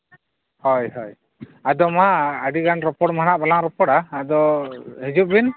ᱦᱳᱭ ᱦᱳᱭ ᱟᱫᱚ ᱢᱟ ᱟᱹᱰᱤ ᱜᱟᱱ ᱨᱚᱯᱚᱲ ᱢᱟ ᱱᱟᱦᱟᱜ ᱵᱟᱞᱟᱝ ᱨᱚᱯᱚᱲᱟ ᱟᱫᱚ ᱦᱤᱡᱩᱜ ᱵᱤᱱ